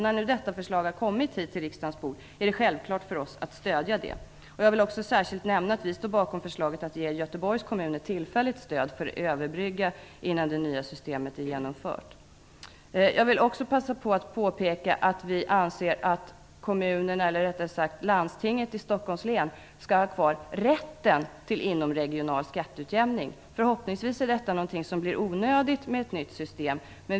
När detta förslag nu har kommit till riksdagens bord, är det självklart för oss att stödja det. Jag vill också särskilt nämna att vi står bakom förslaget att ge Göteborgs kommun ett tillfälligt stöd för att överbrygga gapet innan det nya systemet är genomfört. Jag vill också passa på att påpeka att vi anser att kommunerna eller rättare sagt landstinget i Stockholms län skall ha kvar rätten till inomregional skatteutjämning. Förhoppningsvis är detta något som blir onödigt med ett nytt system.